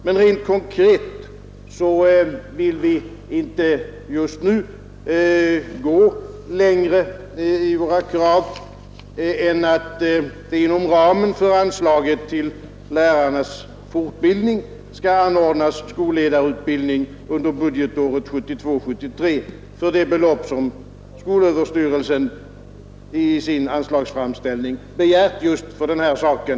Men rent konkret vill vi inte just nu gå längre i våra krav än att det inom ramen för anslaget till lärarnas fortbildning skall anordnas skolledarutbildning under budgetåret 1972/73 för det belopp SÖ i sin anslagsframställning begärt just till denna sak.